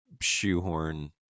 shoehorn